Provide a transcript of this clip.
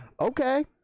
Okay